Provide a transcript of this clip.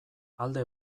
alde